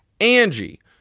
Angie